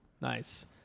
Nice